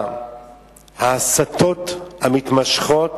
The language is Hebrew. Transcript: ההסתות המתמשכות